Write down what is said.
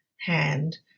hand